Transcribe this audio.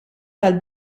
tal